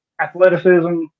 athleticism